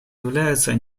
являются